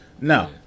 No